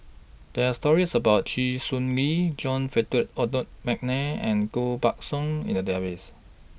There Are stories about Chee Swee Lee John Feder Adol Mcnair and Koh Buck Song in The Database